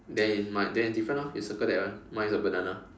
then it might then it's different orh your circle that one mine is a banana